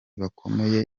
bakomeye